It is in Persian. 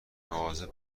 مواظب